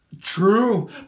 True